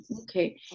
Okay